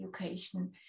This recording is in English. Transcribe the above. education